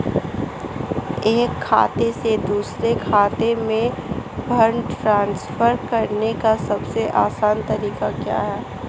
एक खाते से दूसरे खाते में फंड ट्रांसफर करने का सबसे आसान तरीका क्या है?